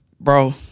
Bro